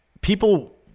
people